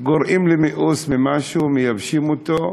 גורמים למיאוס ממשהו, מייבשים אותו,